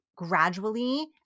gradually